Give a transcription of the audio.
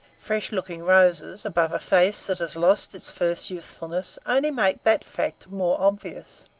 fresh-looking roses above a face that has lost its first youthfulness only make that fact more obvious.